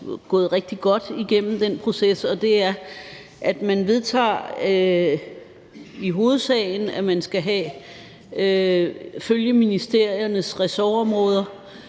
gået rigtig godt igennem den proces, og det er, at man vedtager, at man i hovedsagen skal følge ministeriernes ressortområder.